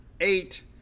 eight